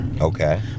okay